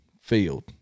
field